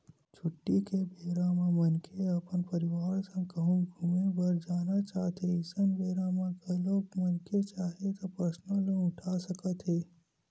छुट्टी के बेरा म मनखे अपन परवार संग कहूँ घूमे बर जाना चाहथें अइसन बेरा म घलोक मनखे चाहय त परसनल लोन उठा सकत हे